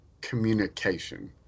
communication